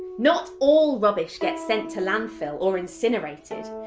not all rubbish gets sent to landfill or incinerated.